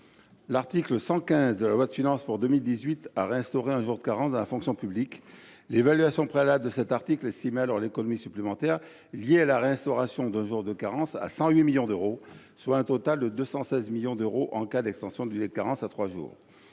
L’article 115 de la loi de finances pour 2018 a réinstauré un jour de carence dans la fonction publique. L’évaluation préalable de cet article estimait alors l’économie supplémentaire liée à la réinstauration d’un jour de carence à 108 millions d’euros, et à 216 millions d’euros en cas d’extension du délai de carence à trois jours.